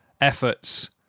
efforts